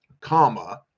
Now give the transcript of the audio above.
Comma